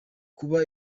kuba